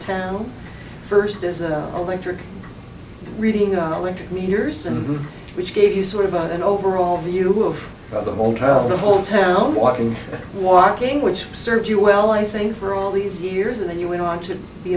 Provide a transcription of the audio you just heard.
town first is a electric adding on the interest meters in which gave you sort of an overall view of the whole trial the whole town walking walking which served you well i think for all these years and then you went on to be